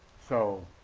so